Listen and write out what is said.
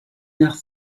nach